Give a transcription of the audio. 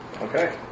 Okay